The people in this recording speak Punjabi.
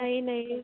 ਨਹੀਂ ਨਹੀਂ